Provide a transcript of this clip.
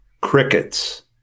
Crickets